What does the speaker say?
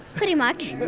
pretty much